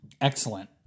excellent